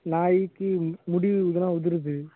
நாய்க்கு முடி இதெலாம் உதிருது